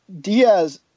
Diaz